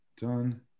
Done